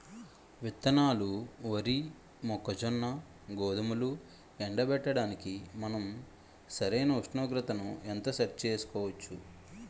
విత్తనాలు వరి, మొక్కజొన్న, గోధుమలు ఎండబెట్టడానికి మనం సరైన ఉష్ణోగ్రతను ఎంత సెట్ చేయవచ్చు?